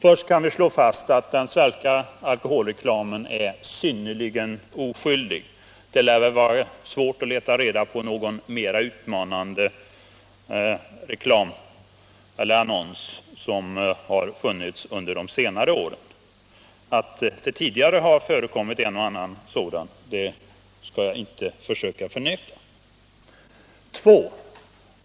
Först kan vi slå fast att den svenska alkoholreklamen är synnerligen oskyldig. Det lär vara svårt att leta reda på någon mer utmanande annons som har funnits under de senare åren. Att det tidigare har förekommit sådana skall jag inte förneka.